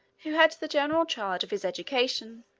who had the general charge of his education.